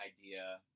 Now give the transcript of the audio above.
idea